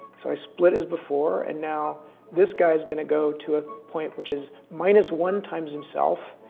so i split as before, and now this guy is gonna go to a point which is minus one times himself,